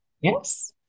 Yes